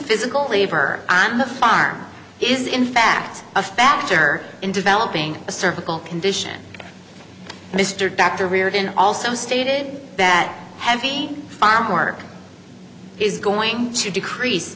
physical labor on the farm is in fact a factor in developing a cervical condition mr dr reardon also stated that heavy farm work is going to decrease